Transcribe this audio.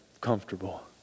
comfortable